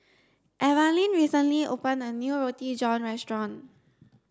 Evalyn recently opened a new roti john restaurant